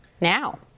now